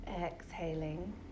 exhaling